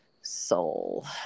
soul